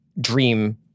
dream